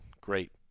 great